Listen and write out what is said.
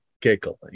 giggling